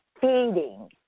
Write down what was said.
feeding